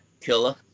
killer